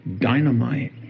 dynamite